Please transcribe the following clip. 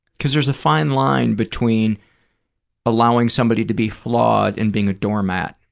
because there's a fine line between allowing somebody to be flawed and being a doormat,